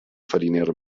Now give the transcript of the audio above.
fariner